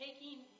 Taking